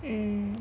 mm